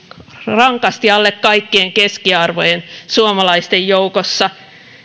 rankasti alle kaikkien keskiarvojen suomalaisten joukossa